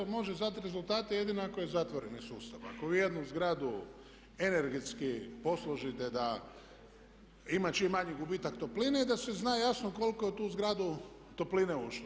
A može dati rezultate jedino ako je zatvoreni sustav, ako vi jednu zgradu energetski posložite da ima čim manji gubitak topline i da se zna jasno koliko je u tu zgradu topline ušlo.